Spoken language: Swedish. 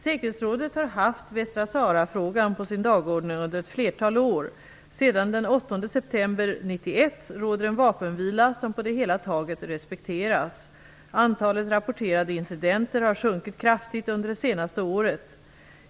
Säkerhetsrådet har haft Västra Sahara-frågan på sin dagordning under ett flertal år. Sedan den 8 september 1991 råder en vapenvila, som på det hela taget respekteras. Antalet rapporterade incidenter har sjunkit kraftigt under det senaste året.